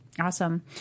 Awesome